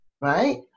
right